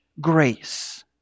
grace